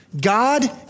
God